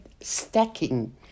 stacking